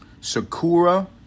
Sakura